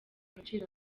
gaciro